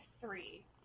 three